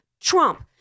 Trump